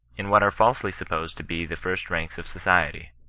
in what are falsely supposed to be the first ranks of society.